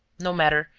no matter,